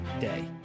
day